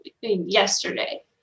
yesterday